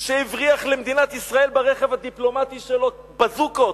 שהבריח למדינת ישראל ברכב הדיפלומטי שלו "בזוקות"